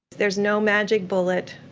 there is no magic bullet.